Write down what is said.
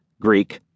Greek